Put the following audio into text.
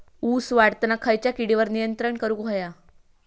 ऊस वाढताना खयच्या किडींवर नियंत्रण करुक व्हया?